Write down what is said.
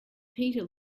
peter